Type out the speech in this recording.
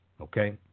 Okay